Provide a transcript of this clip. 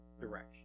direction